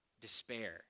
Despair